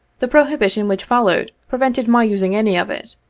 the prohibition which followed, pre vented my using any of it,